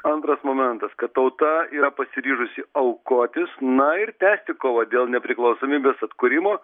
antras momentas kad tauta yra pasiryžusi aukotis na ir tęsti kovą dėl nepriklausomybės atkūrimo